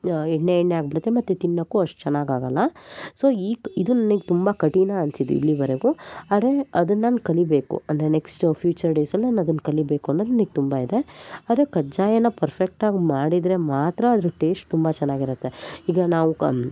ಎಣ್ಣೆ ಎಣ್ಣೆ ಆಗಿಡುತ್ತೆ ಮತ್ತೆ ತಿನ್ನೋಕು ಅಷ್ಟು ಚೆನ್ನಾಗಾಗಲ್ಲ ಸೊ ಈಗ್ ಇದು ನನಗೆ ತುಂಬ್ ಕಠಿಣ ಅನಿಸಿದ್ದು ಇಲ್ಲಿವರೆಗು ಆದರೆ ಅದನ್ನು ನಾನು ಕಲಿಬೇಕು ಅಂದರೆ ನೆಕ್ಸ್ಟ್ ಫ್ಯೂಚರ್ ಡೇಸಲ್ಲಿ ನಾನು ಅದನ್ನು ಕಲಿಬೇಕು ಅನ್ನೋದು ನನಿಗೆ ತುಂಬಾ ಇದೆ ಆದರೆ ಕಜ್ಜಾಯನ ಪರ್ಫೆಕ್ಟ್ ಆಗಿ ಮಾಡಿದರೆ ಮಾತ್ರ ಅದ್ರ ಟೇಶ್ಟ್ ತುಂಬಾ ಚೆನ್ನಾಗಿರುತ್ತೆ ಇದನ್ನು ನಾವು